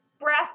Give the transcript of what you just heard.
Brass